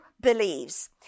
believes